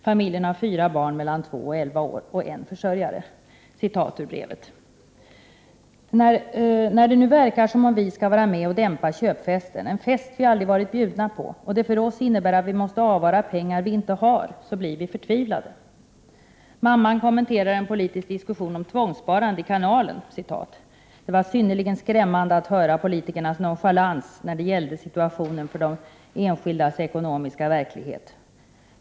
Familjen har fyra barn mellan 2 och 11 år och en försörjare. Den skriver i sitt brev: ”När det nu verkar som om vi skall vara med och dämpa köpfesten, en fest vi aldrig varit bjudna på, och det för oss innebär att vi måste avvara pengar vi inte har, så blir vi förtvivlade”. Mamman kommenterar vidare en politisk diskussion om tvångssparande i Kanalen på följande sätt: ”Det var synnerligen skrämmande att höra politikernas nonchalans när det gällde situationen för de enskildas ekonomiska verklighet.